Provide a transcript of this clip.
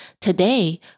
Today